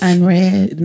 Unread